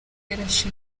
yarashe